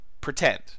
pretend